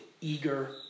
eager